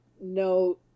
no